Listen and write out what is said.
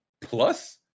plus